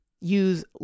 use